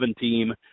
team